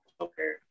okay